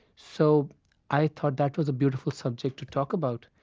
so i thought that was a beautiful subject to talk about.